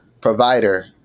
provider